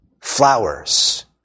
Flowers